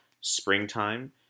springtime